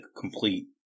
complete